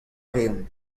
reont